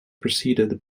preceded